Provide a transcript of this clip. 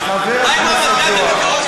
מה עם רמת-גן?